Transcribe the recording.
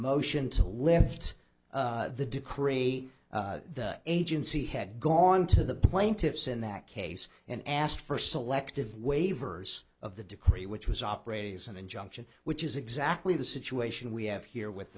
motion to lift the decree agency had gone to the plaintiffs in that case and asked for selective waivers of the decree which was operating as an injunction which is exactly the situation we have here with